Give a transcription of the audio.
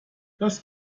das